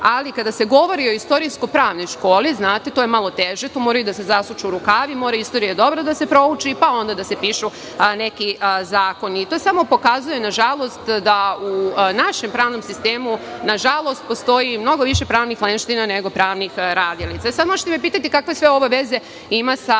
Ali, kada se govori o istorijsko-pravnoj školi, to je malo teže. Tu moraju da se zasuču rukavi, mora istorija dobro da se prouči, pa onda da se pišu neki zakoni. To samo pokazuje, nažalost, da u našem pravnom sistemu postoji mnogo više pravnih lenština nego pravnih radilica. Možete me pitati kakve sve ovo veze ima sa